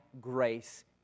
grace